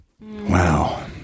wow